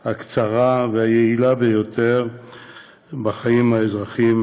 הקצרה והיעילה ביותר בחיים האזרחיים,